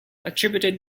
attributed